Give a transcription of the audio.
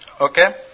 Okay